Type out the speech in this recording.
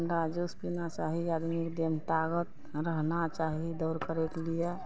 डाभ juice पीना चाही गरमीके दिन ताकत रहबाक चाही दौड़ करैके लेल